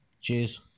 Cheers